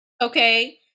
Okay